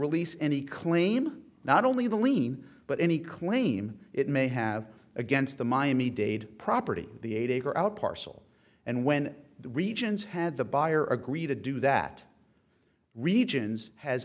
release any claim not only the lien but any claim it may have against the miami dade property the eight are out parcel and when the regions had the buyer agree to do that regions has